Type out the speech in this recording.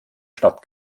stadt